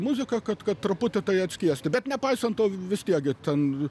muzika kad kad truputį tai atskiesti bet nepaisant to vis tiek hi ten